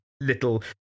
little